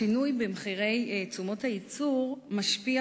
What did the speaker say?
השינוי במחירי תשומות הייצור משפיע